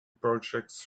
projects